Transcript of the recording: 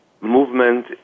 movement